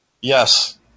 Yes